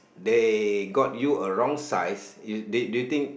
they got you a wrong size do you think